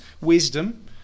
wisdom